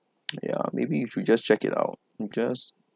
ya maybe you should just check it out just